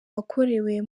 wakorewe